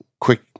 quick